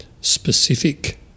specific